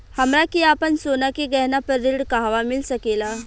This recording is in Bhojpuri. हमरा के आपन सोना के गहना पर ऋण कहवा मिल सकेला?